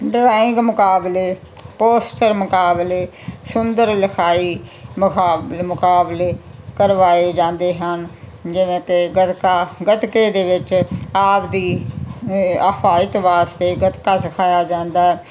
drawing ਮੁਕਾਬਲੇ poster ਮੁਕਾਬਲੇ ਸੁੰਦਰ ਲਿਖਾਈ ਮੁਕਾਬਲੇ ਮੁਕਾਬਲੇ ਕਰਵਾਏ ਜਾਂਦੇ ਹਨ ਜਿਵੇਂ ਕਿ ਗੱਤਕਾ ਗੱਤਕੇ ਦੇ ਵਿੱਚ ਆਪ ਦੀ ਹਿਫਾਜਤ ਵਾਸਤੇ ਗੱਤਕਾ ਸਿਖਾਇਆ ਜਾਂਦਾ